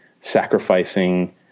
sacrificing